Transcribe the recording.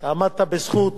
עמדת בזכות,